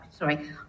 Sorry